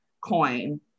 coin